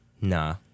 nah